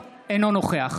אינו נוכח